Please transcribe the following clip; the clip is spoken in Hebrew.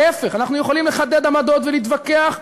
להפך, אנחנו יכולים לחדד עמדות ולהתווכח,